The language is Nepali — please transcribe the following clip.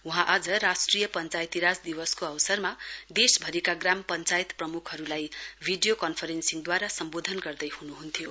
वहाँ आज राष्ट्रिय पञ्चायती राज दिवसको अवसरमा देश भरिका ग्राम पञ्चायत प्रमुखहरूलाई भिडियो कन्फरेन्सिङद्वारा सम्बोधन गर्दै हुनुहुन्थ्यो